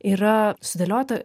yra sudėliota